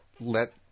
let